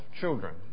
children